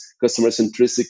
customer-centric